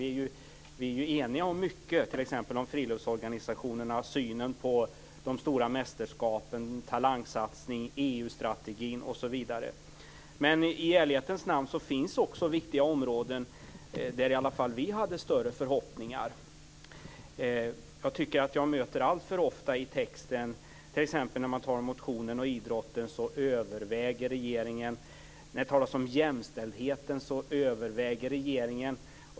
Vi är eniga om mycket, t.ex. om friluftsorganisationerna, synen på de stora mästerskapen, talangsatsningen, EU-strategin osv. I ärlighetens namn finns viktiga områden där vi hade större förhoppningar. Jag möter alltför ofta i fråga om motion och idrott frasen "överväger regeringen". När det talas om jämställdhet "överväger regeringen".